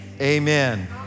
Amen